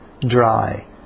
dry